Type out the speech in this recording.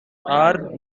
are